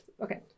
Okay